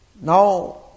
Now